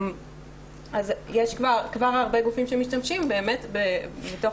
יש כבר הרבה מאוד גופים שמשתמשים באמת מתוך